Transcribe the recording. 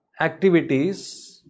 activities